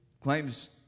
claims